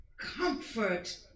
Comfort